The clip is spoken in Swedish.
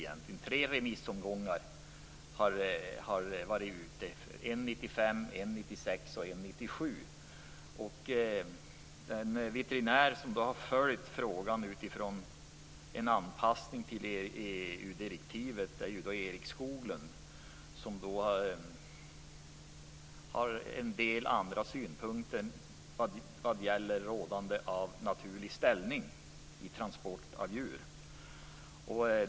Det har varit tre remissomgångar - en 1995, en 1996 och en 1997. Den veterinär som följt frågan utifrån en anpassning till EU-direktivet har en del synpunkter vad gäller rådande av naturlig ställning vid transport av djur.